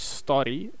story